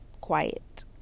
quiet